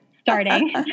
starting